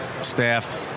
staff